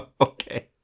Okay